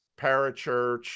parachurch